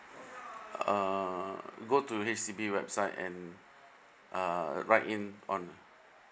uh go to H_D_B website and uh write in on